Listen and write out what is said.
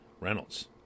Reynolds